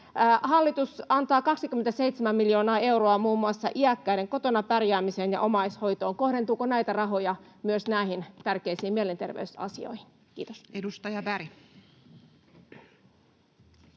Hallitus antaa 27 miljoonaa euroa muun muassa iäkkäiden kotona pärjäämiseen ja omaishoitoon. Kohdentuuko näitä rahoja myös näihin tärkeisiin mielenterveysasioihin? — Kiitos.